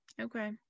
Okay